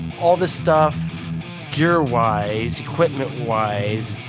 all the stuff gear wise, equipment wise,